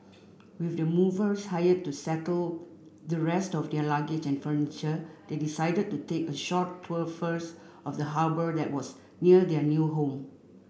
with the movers hired to settle the rest of their luggage and furniture they decided to take a short tour first of the harbour that was near their new home